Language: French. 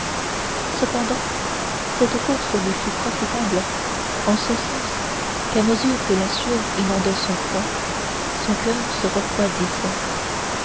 cependant cette course lui fut profitable en ce sens qu'à mesure que la sueur inondait son front son coeur se refroidissait